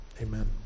Amen